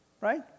Right